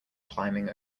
climbing